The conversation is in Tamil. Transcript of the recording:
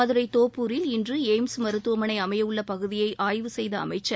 மதுரை தோப்பூரில் இன்று எய்ம்ஸ் மருத்துவமனை அமையவுள்ள பகுதியை ஆய்வு செய்த அமைச்சர்